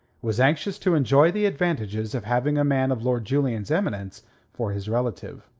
was anxious to enjoy the advantages of having a man of lord julian's eminence for his relative.